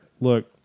Look